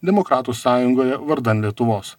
demokratų sąjungoje vardan lietuvos